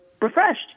refreshed